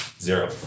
zero